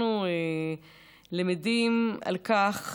אנחנו למדים על כך